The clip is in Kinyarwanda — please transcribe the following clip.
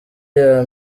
iya